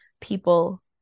people